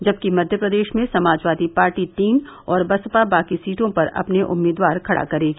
जबकि मध्य प्रदेश में समाजवादी पार्टी तीन और बसपा बाकी सीटों पर अपने उम्मीदवार खड़ा करेगी